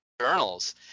journals